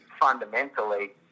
fundamentally